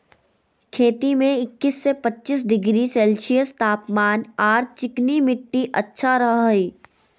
खेती में इक्किश से पच्चीस डिग्री सेल्सियस तापमान आर चिकनी मिट्टी अच्छा रह हई